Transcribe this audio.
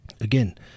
Again